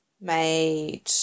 made